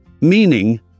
Meaning